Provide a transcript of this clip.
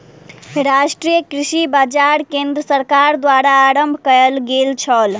राष्ट्रीय कृषि बाजार केंद्र सरकार द्वारा आरम्भ कयल गेल छल